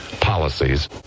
policies